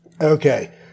Okay